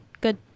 good